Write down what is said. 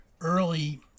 early